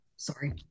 sorry